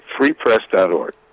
freepress.org